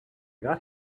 got